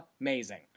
amazing